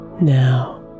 now